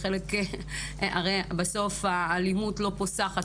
הרי בסוף האלימות לא פוסחת,